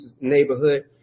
neighborhood